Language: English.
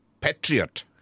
Patriot